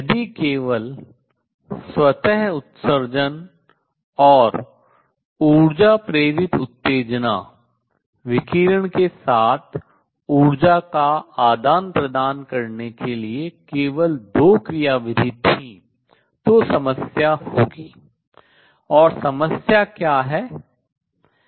यदि केवल स्वतः उत्सर्जन और ऊर्जा प्रेरित उत्तेजना विकिरण के साथ ऊर्जा का आदान प्रदान करने के लिए केवल दो क्रियाविधि थी तो समस्या होगी